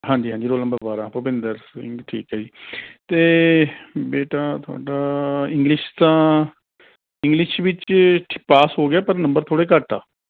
ਹਾਂਜੀ ਹਾਂਜੀ roll number ਬਾਰਾਂ ਭੁਪਿੰਦਰ ਸਿੰਘ ਠੀਕ ਹੈ ਜੀ ਅਤੇ ਬੇਟਾ ਤੁਹਾਡਾ ਇੰਗਲਿਸ਼ ਤਾਂ ਇੰਗਲਿਸ਼ ਵਿੱਚ ਪਾਸ ਹੋ ਗਿਆ ਪਰ ਨੰਬਰ ਥੋੜ੍ਹੇ ਘੱਟ ਹੈ